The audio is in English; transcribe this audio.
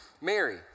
Mary